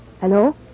Hello